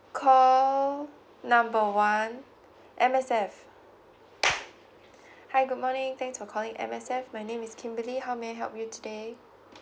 call number one M_S_F hi good morning thanks for calling M_S_F my name is kimberly how may I help you today